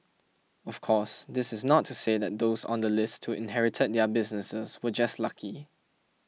of course this is not to say that those on the list who inherited their businesses were just lucky